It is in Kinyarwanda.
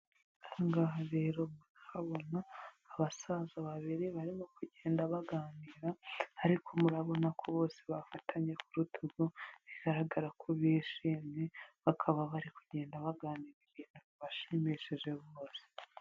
Aha ngaha rero murahabona abasaza babiri barimo kugenda baganira, ariko murabona ko bose bafatanya ku rutugu, bigaragara ko bishimye, bakaba bari kugenda baganira ibintu bibashimishije rwose.